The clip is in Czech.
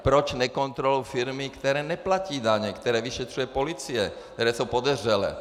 Proč nekontrolují firmy, které neplatí daně, které vyšetřuje policie, které jsou podezřelé?